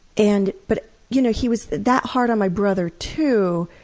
and but you know he was that hard on my brother too,